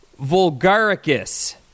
Vulgaricus